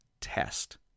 test